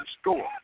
score